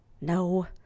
No